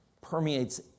permeates